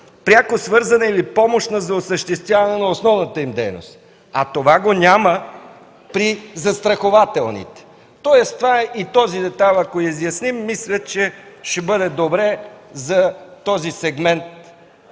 пряко свързана или помощна, за осъществяване на основната им дейност, а това го няма при застрахователните. Ако изясним и този детайл, мисля че ще бъде добре за този сегмент